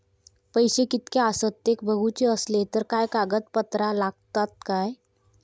पैशे कीतके आसत ते बघुचे असले तर काय कागद पत्रा लागतात काय?